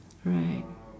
right